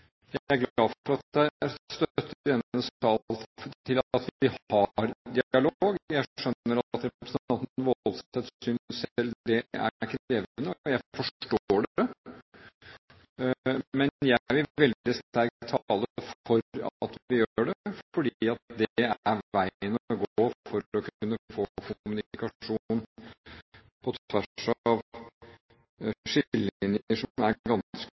Jeg er glad for at det er støtte i denne sal til at vi har dialog. Jeg skjønner at representanten Woldseth synes selv det er krevende, og jeg forstår det. Men jeg vil veldig sterkt tale for at vi gjør det, fordi det er veien å gå for å kunne få kommunikasjon på tvers av skillelinjer som er